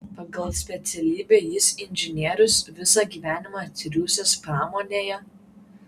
pagal specialybę jis inžinierius visą gyvenimą triūsęs pramonėje